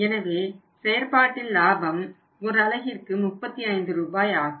எனவே செயற்பாட்டில் லாபம் ஒரு அலகிற்கு 35 ரூபாய் ஆகும்